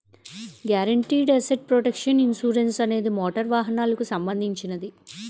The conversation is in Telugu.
గారెంటీడ్ అసెట్ ప్రొటెక్షన్ ఇన్సురన్సు అనేది మోటారు వాహనాలకు సంబంధించినది